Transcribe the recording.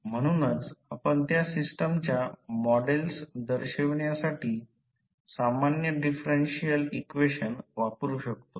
म्हणूनच आपण त्या सिस्टमच्या मॉडेल्स दर्शवण्यासाठी सामान्य डिफरेन्शिअल इक्वेशन वापरू शकतो